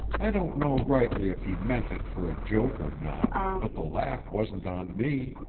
i don't know rightly if he meant it for a joke or not, but the laugh wasn't on me.